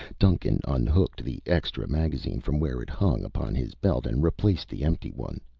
duncan unhooked the extra magazine from where it hung upon his belt and replaced the empty one.